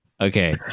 Okay